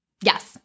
Yes